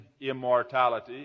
immortality